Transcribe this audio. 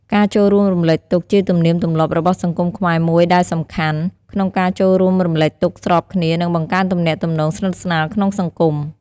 ការចូលរួមរំលែកទុក្ខជាទំនៀមទម្លាប់របស់សង្គមខ្មែរមួយដែលសំខាន់ ក្នុងការចូលរួមរំលែកទុក្ខស្របគ្នា និងបង្កើនទំនាក់ទំនងស្និទ្ធស្នាលក្នុងសង្គម។